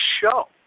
show